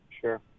Sure